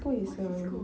what cisco